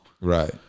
Right